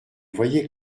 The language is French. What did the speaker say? voyez